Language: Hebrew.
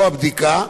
או הבדיקה,